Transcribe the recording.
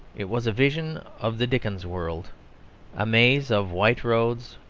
it was a vision of the dickens world a maze of white roads,